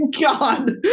God